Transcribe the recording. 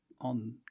on